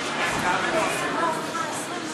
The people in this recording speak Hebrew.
מעבדה מוסמכת לאישור ייבוא טובין),